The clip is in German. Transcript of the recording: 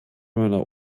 meiner